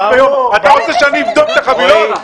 ביום ואיך אני רוצה שהוא יבדוק את החבילות.